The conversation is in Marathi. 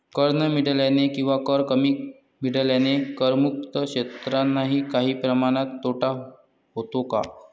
कर न मिळाल्याने किंवा कर कमी मिळाल्याने करमुक्त क्षेत्रांनाही काही प्रमाणात तोटा होतो का?